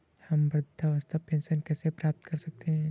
हम वृद्धावस्था पेंशन कैसे प्राप्त कर सकते हैं?